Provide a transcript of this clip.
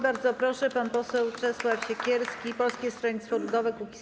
Bardzo proszę, pan poseł Czesław Siekierski, Polskie Stronnictwo Ludowe - Kukiz15.